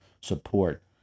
support